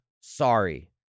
sorry